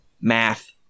math